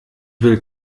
will